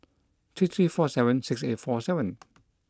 three three four seven six eight four seven